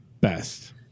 best